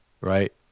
right